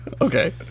Okay